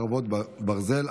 חרבות ברזל),